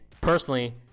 personally